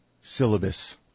Syllabus